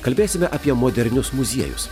kalbėsime apie modernius muziejus